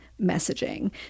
messaging